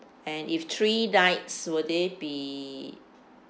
and if three nights will they be